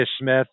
Smith